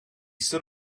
stood